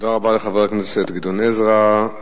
תודה רבה לחבר הכנסת גדעון עזרא.